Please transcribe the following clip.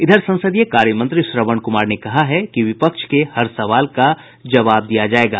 इधर संसदीय कार्य मंत्री श्रवण कुमार ने कहा है कि विपक्ष के हर सवाल का जवाब दिया जायेगा